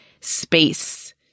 space